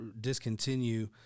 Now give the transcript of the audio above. discontinue